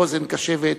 ואוזן קשבת,